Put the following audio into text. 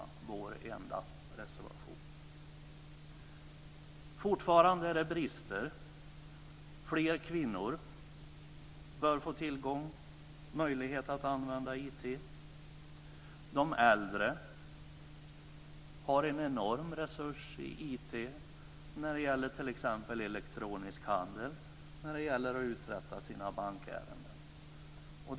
Det är vår enda reservation i det här betänkandet. Fortfarande finns det brister. Fler kvinnor bör få möjligheter att använda IT. De äldre har en enorm resurs i IT när det gäller t.ex. elektronisk handel och att uträtta sina bankärenden.